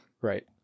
right